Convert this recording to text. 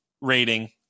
rating